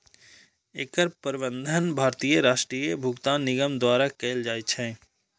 एकर प्रबंधन भारतीय राष्ट्रीय भुगतान निगम द्वारा कैल जाइ छै